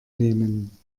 nehmen